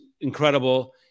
incredible